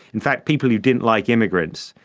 in fact people who didn't like immigrants,